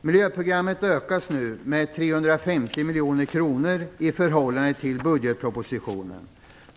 Miljöprogrammet ökas med 350 miljoner kronor i förhållande till budgetpropositionen.